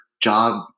job